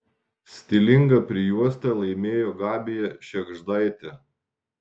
stilingą prijuostę laimėjo gabija šėgždaitė